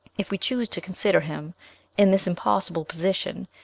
if we choose to consider him in this impossible position,